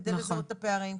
כדי לזהות את הפערים,